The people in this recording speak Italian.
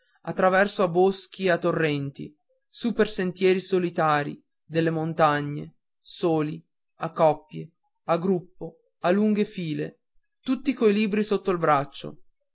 traverso a boschi e a torrenti su per sentier solitari delle montagne soli a coppie a gruppi a lunghe file tutti coi libri sotto il braccio